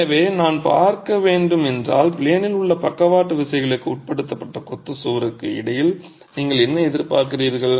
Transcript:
எனவே நான் பார்க்க வேண்டும் என்றால் ப்ளேனில் உள்ள பக்கவாட்டு விசைகளுக்கு உட்படுத்தப்பட்ட கொத்து சுவருக்கு இடையில் நீங்கள் என்ன எதிர்பார்க்கிறீர்கள்